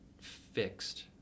fixed